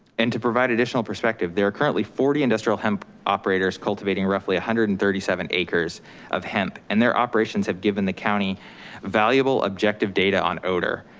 and to provide additional perspective, there are currently forty industrial hemp operators cultivating roughly one and thirty seven acres of hemp and their operations have given the county valuable objective data on odor.